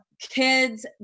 kids